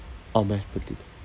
oh mash potato